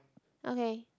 okay